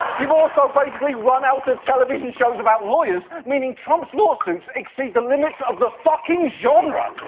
you've also basically run out of television shows about lawyers, meaning trump's lawsuits exceed the limits of the fucking genre!